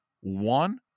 One